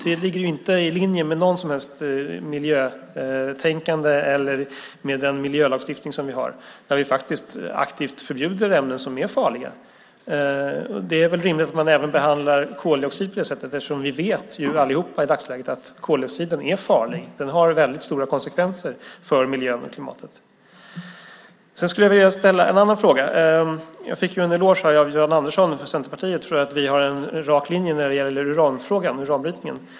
Det ligger inte i linje med något som helst miljötänkande eller med den miljölagstiftning som vi har. Vi förbjuder aktivt ämnen som är farliga. Det är väl rimligt att man behandlar även koldioxid på det sättet eftersom vi alla vet i dagsläget att koldioxiden är farlig. Den har väldigt stora konsekvenser för miljön och klimatet. Jag skulle vilja ställa en annan fråga. Jag fick en eloge av Jan Andersson från Centerpartiet för att vi har en rak linje i uranfrågan, uranbrytningen.